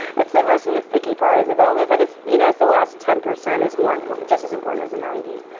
it's the most nitpicky part of development, but it's, you know, it's the last ten percent is more important, just as important as the ninety.